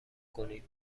کنین